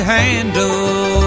handle